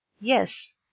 yes